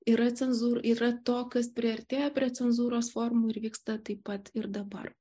yra cenzūra yra to kas priartėja prie cenzūros formų ir vyksta taip pat ir dabar